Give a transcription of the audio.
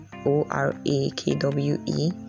o-r-a-k-w-e